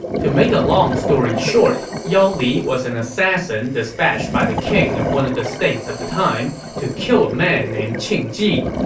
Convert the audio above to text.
to make a long story short, yao li was an assassin dispatched by the king of one of the states of the time to kill a man named qing ji.